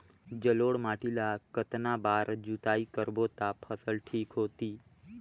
जलोढ़ माटी ला कतना बार जुताई करबो ता फसल ठीक होती?